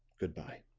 good-bye.